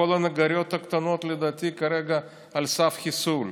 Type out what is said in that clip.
כל הנגריות הקטנות לדעתי כרגע על סף חיסול.